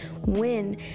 win